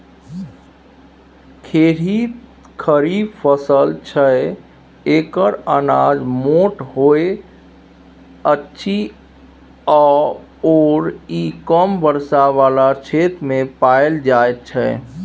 खेरही खरीफ फसल छै एकर अनाज मोट होइत अछि आओर ई कम वर्षा बला क्षेत्रमे पाएल जाइत छै